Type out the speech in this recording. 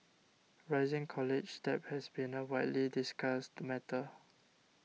rising college debt has been a widely discussed matter